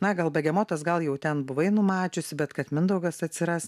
na gal begemotas gal jau ten buvai numačiusi bet kad mindaugas atsiras